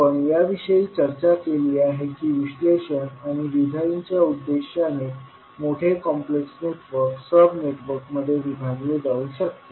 आपण याविषयी चर्चा केली आहे की विश्लेषण आणि डिझाइनच्या उद्देशाने मोठे कॉम्प्लेक्स नेटवर्क सब नेटवर्कमध्ये विभागले जाऊ शकते